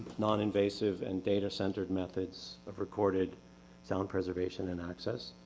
noninvasive and data centered methods of recorded sound preservation and access.